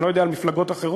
אני לא יודע על מפלגות אחרות,